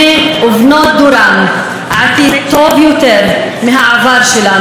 ובנות דורן עתיד טוב יותר מהעבר שלנו.